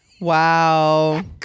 Wow